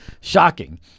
Shocking